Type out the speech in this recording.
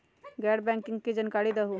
गैर बैंकिंग के जानकारी दिहूँ?